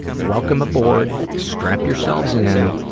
welcome aboard, strap yourselves in,